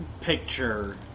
picture